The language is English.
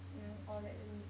you know all that to meet